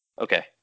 Okay